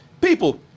people